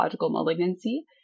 malignancy